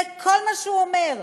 זה כל מה שהוא אומר.